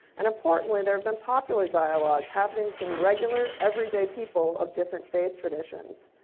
and importantly, there have been popular dialogues happening between regular everyday people of different faith traditions,